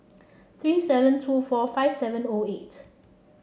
three seven two four five seven O eight